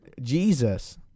jesus